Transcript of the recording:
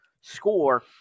score